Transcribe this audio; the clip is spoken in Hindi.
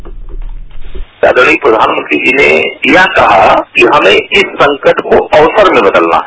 माननीय प्रधानमंत्री जी ने यह किहमें इस संकट को अवसर में बदलना है